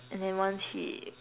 and then once he